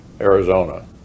Arizona